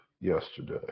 yesterday